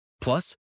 Plus